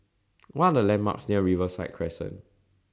What Are The landmarks near Riverside Crescent